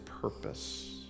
purpose